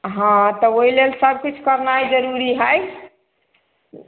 हँ तऽ ओहि लेल सभकिछु करनाइ जरूरी हइ